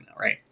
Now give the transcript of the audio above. right